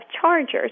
chargers